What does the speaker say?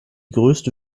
größte